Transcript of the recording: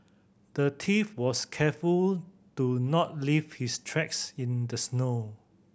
the thief was careful to not leave his tracks in the snow